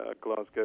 Glasgow